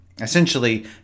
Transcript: essentially